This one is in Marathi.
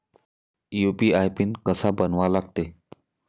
यू.पी.आय पिन कसा बनवा लागते?